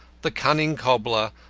the cunning cobbler,